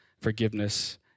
forgiveness